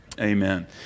Amen